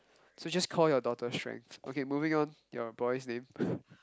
so just call your daughter strength okay moving on you boy's name